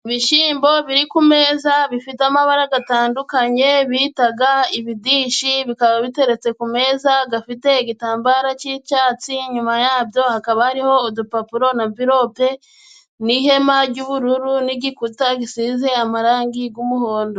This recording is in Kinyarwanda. Ibishyimbo biri ku meza bifite amabara atandukanye bita ibidishi, bikaba biteretse ku meza afite igitambaro cy'icyatsi, inyuma yabyo hakaba hariho udupapuro n'amvilope n'ihema ry'ubururu, n'igikuta gisize amarangi y'umuhondo.